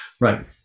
Right